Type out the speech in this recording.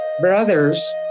Brothers